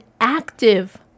active